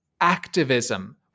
activism